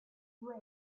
due